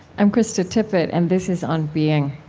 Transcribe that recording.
i'm krista tippett and this is on being.